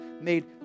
made